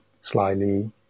slightly